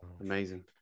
amazing